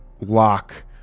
lock